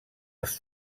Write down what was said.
els